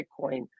Bitcoin